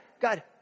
God